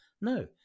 No